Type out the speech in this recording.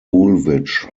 woolwich